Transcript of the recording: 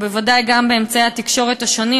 ובוודאי גם באמצעי התקשורת השונים.